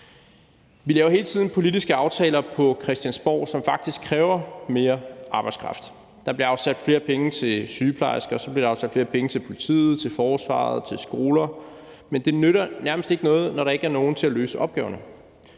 Vi laver hele tiden politiske aftaler på Christiansborg, som faktisk kræver mere arbejdskraft. Der bliver afsat flere penge til sygeplejersker, og så bliver der afsat flere penge til politiet, til forsvaret og til skoler, men det nytter nærmest ikke noget, når der ikke er nogen til at løse opgaverne.